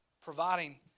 Providing